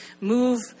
move